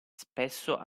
spesso